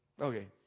Okay